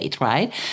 right